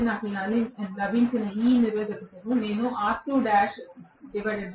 కాబట్టి నాకు లభించిన ఈ నిరోధకతను నేను R2's గా వ్రాయగలగాలి